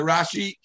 Rashi